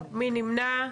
מי נמנע?